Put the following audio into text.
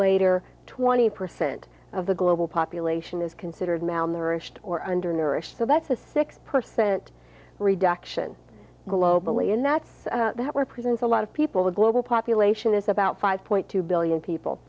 later twenty percent of the global population is considered malnourished or undernourished so that's a six percent reduction globally and that's that represents a lot of people the global population is about five point two billion people